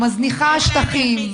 מזניחה שטחים,